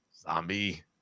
zombie